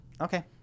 Okay